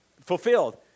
Fulfilled